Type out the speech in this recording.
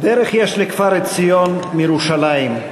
"דרך יש לכפר-עציון מירושלים.